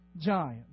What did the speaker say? giant